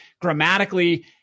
grammatically